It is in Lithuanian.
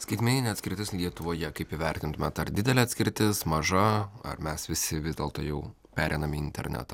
skaitmeninė atskirtis lietuvoje kaip įvertintumėt ar didelė atskirtis maža ar mes visi vis dėlto jau pereinam į internetą